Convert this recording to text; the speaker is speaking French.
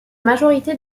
majorité